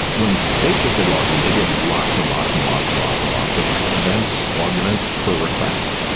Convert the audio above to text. when facebook did logging, they did lots and lots and lots and lots and lots of events, logged events per request.